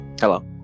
Hello